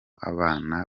abana